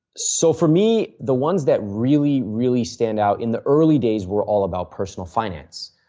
so, for me the ones that really, really stand out in the early days were all about personal finance.